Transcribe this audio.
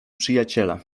przyjaciele